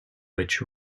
which